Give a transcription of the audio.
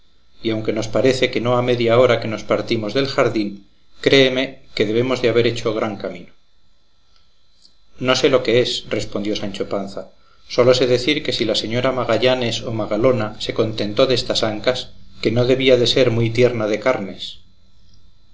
y aunque nos parece que no ha media hora que nos partimos del jardín creéme que debemos de haber hecho gran camino no sé lo que es respondió sancho panza sólo sé decir que si la señora magallanes o magalona se contentó destas ancas que no debía de ser muy tierna de carnes